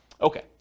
Okay